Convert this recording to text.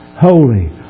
Holy